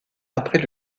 après